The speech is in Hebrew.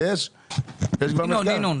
יש מחקר.